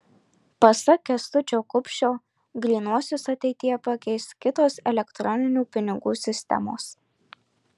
pasak kęstučio kupšio grynuosius ateityje pakeis kitos elektroninių pinigų sistemos